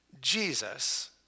Jesus